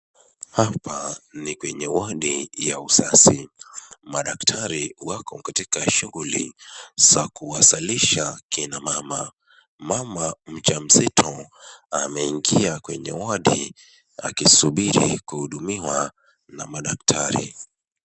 Hapa ni kwenye wadi ya uzazi. Madaktari wako katika shughuli za kuwazalisha kina mama. Mama mjamzito ameingia kwenye wadi akisubiri kuhudumiwa na madaktari.